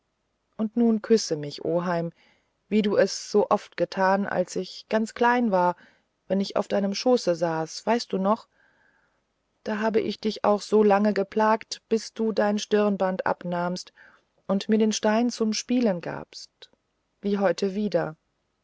und nun küsse mich oheim wie du es so oft tatest als ich ganz klein war wenn ich auf deinem schoße saß weißt du noch da hab ich dich auch so lange geplagt bis du dein stirnband abnahmst und mir den stein zum spielen gabst wie heute wieder